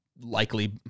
likely